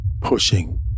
pushing